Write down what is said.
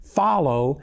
follow